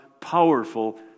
powerful